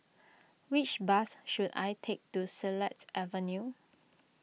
which bus should I take to Silat Avenue